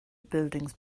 buildings